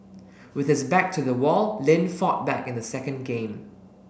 with his back to the wall Lin fought back in the second game